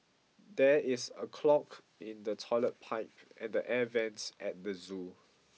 there is a clog in the toilet pipe and the air vents at the zoo